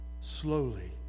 slowly